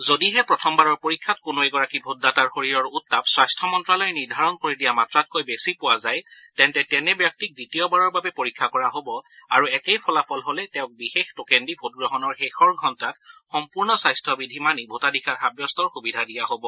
যদিহে প্ৰথমবাৰৰ পৰীক্ষাত কোনো এগৰাকী ভোটদাতাৰ শৰীৰৰ উত্তাপ স্বাস্থ্য মন্তালয়ে নিৰ্যাৰণ কৰি দিয়া মাত্ৰাতকৈ বেছি পোৱা যায় তেন্তে তেনে ব্যক্তিক দ্বিতীয়বাৰৰ বাবে পৰীক্ষা কৰা হ'ব আৰু একেই ফলাফল হ'লে তেওঁক বিশেষ টোকেন দি ভোটগ্ৰহণৰ শেষৰ ঘণ্টাত সম্পূৰ্ণ স্বাস্থ্য বিধি মানি ভোটাধিকাৰ সাব্যস্তৰ সুবিধা দিয়া হ'ব